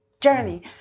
Jeremy